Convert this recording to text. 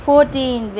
Fourteen